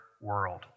world